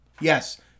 Yes